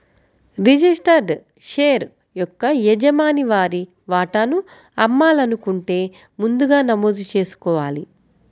registered share యొక్క యజమాని వారి వాటాను అమ్మాలనుకుంటే ముందుగా నమోదు చేసుకోవాలి